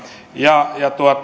ja